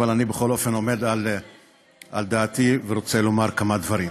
אבל אני בכל אופן עומד על דעתי ורוצה לומר כמה דברים.